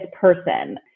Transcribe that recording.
person